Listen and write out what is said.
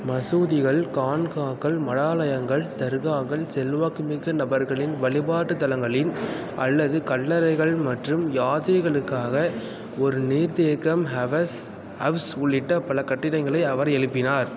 மசூதிகள் கான்காக்கள் மடாலயங்கள் தர்காக்கள் செல்வாக்குமிக்க நபர்களின் வழிபாட்டுத் தலங்களின் அல்லது கல்லறைகள் மற்றும் யாத்ரீகர்களுக்காக ஒரு நீர்த்தேக்கம் ஹெவர்ஸ் ஹவுஸ் உள்ளிட்ட பல கட்டிடங்களை அவர் எழுப்பினார்